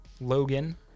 Logan